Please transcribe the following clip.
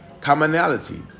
Commonality